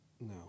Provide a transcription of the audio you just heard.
No